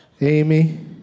Amy